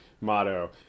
motto